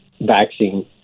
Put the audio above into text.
vaccine